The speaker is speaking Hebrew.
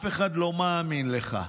אף אחד לא מאמין לך.